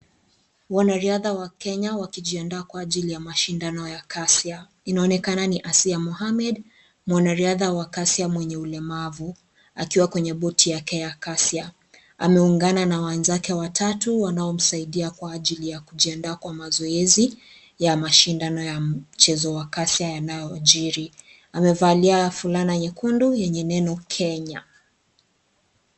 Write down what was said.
Wanariadha wa Kenya wakijiandaa kwa ajili ya khasia, inaonekana ni asia Mohamed mwanaridha wa kasia mwenye ulemavu akiwa kwenye buti yake ya kasia, ameungana na wawatu wanaomsaidia kwa ajili ya kujiandaa kwa mazoezi ya mashindano ya mchezo wa kasia yanayojiri. Amevalia fulana nyekundu yenye neno Kenya.